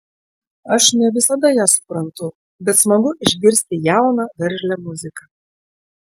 aš ne visada ją suprantu bet smagu išgirsti jauną veržlią muziką